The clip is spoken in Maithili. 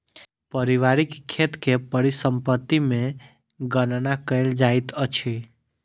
पारिवारिक खेत के परिसम्पत्ति मे गणना कयल जाइत अछि